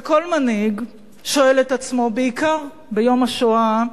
וכל מנהיג שואל את עצמו, בעיקר ביום השואה,